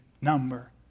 number